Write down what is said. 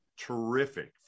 terrific